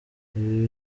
ibi